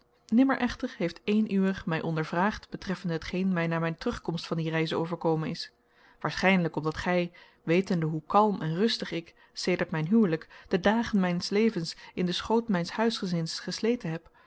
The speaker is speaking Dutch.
nimmer echter heeft een uwer mij ondervraagd betreffende hetgeen mij na mijn terugkomst van die reize overkomen is waarschijnlijk omdat gij wetende hoe kalm en gerust ik sedert mijn huwelijk de dagen mijns levens in den schoot mijns huisgezins gesleten heb